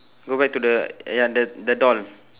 go back to the ya the the doll